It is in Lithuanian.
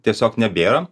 tiesiog nebėra